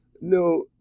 no